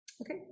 Okay